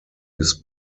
his